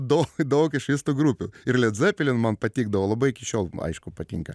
daug daug išvis tų grupių ir led zepelin man patikdavo labai iki šiol aišku patinka